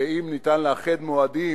ואם אפשר לאחד מועדים,